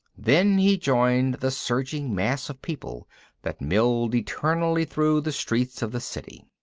then he joined the surging mass of people that milled eternally through the streets of the city.